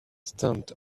stamped